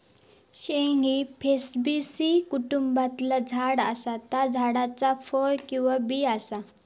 शेंग ही फॅबेसी कुटुंबातला झाड असा ता झाडाचा फळ किंवा बी असा